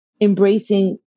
embracing